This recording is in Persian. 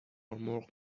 مرغ